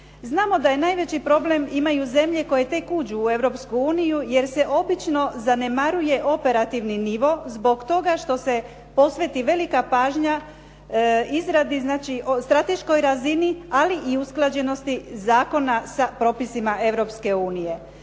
Znamo da najveći problem imaju zemlje koje tek uđu u Europsku uniju, jer se obično zanemaruje operativni nivo zbog toga što se posveti velika pažnja strateškoj razini, ali i usklađenosti zakona sa propisima